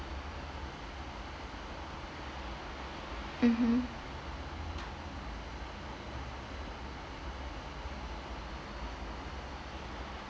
mmhmm